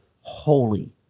Holy